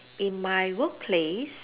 in my workplace